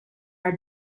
are